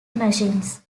machines